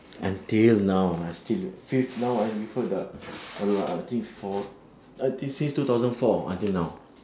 until now I still feel now I with her the uh I think four I think since two thousand four until now